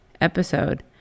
episode